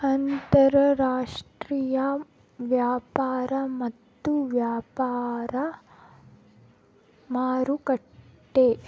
ಅಂತಾರಾಷ್ಟ್ರೀಯ ವ್ಯಾಪಾರ ಮತ್ತು ವ್ಯಾಪಾರ ಮಾರುಕಟ್ಟೆ